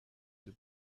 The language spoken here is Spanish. del